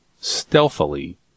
stealthily